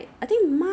I thought 有 mah